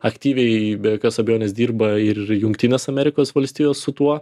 aktyviai be jokios abejonės dirba ir jungtinės amerikos valstijos su tuo